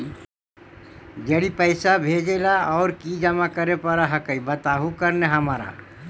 जड़ी पैसा भेजे ला और की जमा करे पर हक्काई बताहु करने हमारा?